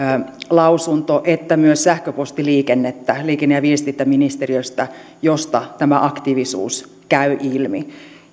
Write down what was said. lausunto että myös sähköpostiliikennettä liikenne ja viestintäministeriöstä josta tämä aktiivisuus käy ilmi